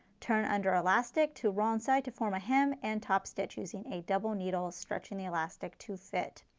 turn under elastic to wrong side to form a hem and top stitch using a double needle stretching the elastic to fit.